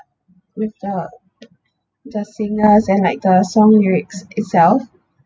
with the the singers and like the song lyrics itself